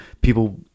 people